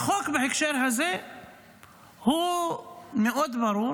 החוק בהקשר הזה מאוד ברור,